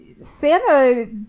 Santa